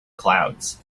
clouds